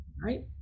right